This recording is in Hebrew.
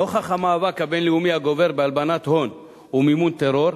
נוכח המאבק הבין-לאומי הגובר בהלבנת הון ומימון טרור,